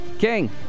King